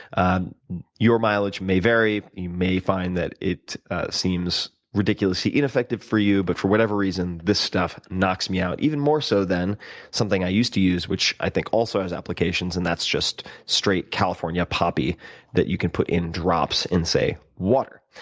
ah your mileage may vary. you may find that it seems ridiculously ineffective for you but for whatever reason this stuff knocks me out even more so than something i used to use, which i think also has applications and that's just straight california poppy that you can put in drops in, say, water.